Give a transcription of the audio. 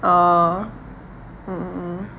oh mm mm mm